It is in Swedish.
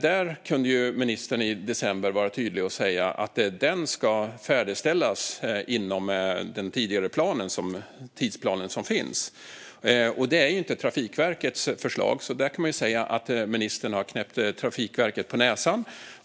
Där kunde ministern i december vara tydlig och säga att den ska färdigställas inom den tidsplan som finns sedan tidigare. Det är inte Trafikverkets förslag, så därför kan man säga att ministern har knäppt Trafikverket på näsan.